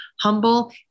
humble